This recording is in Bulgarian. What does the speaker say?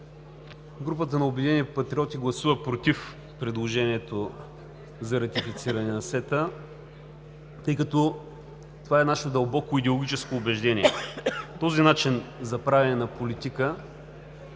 Групата на „Обединени патриоти“ гласува против предложението за ратифициране на СЕТА, тъй като това е наше дълбоко идеологическо убеждение. Този начин за правене на политика